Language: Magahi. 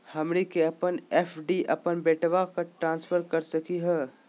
हमनी के अपन एफ.डी अपन बेटवा क ट्रांसफर कर सकली हो?